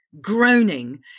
groaning